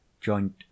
joint